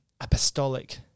apostolic